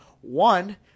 One